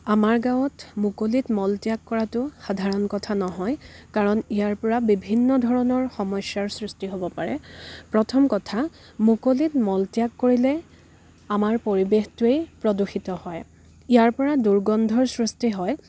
আমাৰ গাঁৱত মুকলিত মলত্যাগ কৰাটো সাধাৰণ কথা নহয় কাৰণ ইয়াৰ পৰা বিভিন্ন ধৰণৰ সমস্যাৰ সৃষ্টি হ'ব পাৰে প্ৰথম কথা মুকলিত মলত্যাগ কৰিলে আমাৰ পৰিৱেশটোৱেই প্ৰদূষিত হয় ইয়াৰ পৰা দুৰ্গন্ধৰ সৃষ্টি হয়